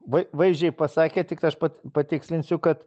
vai vaizdžiai pasakėt tiktai aš pat patikslinsiu kad